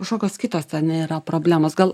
kažkokios kitos ane yra problemos gal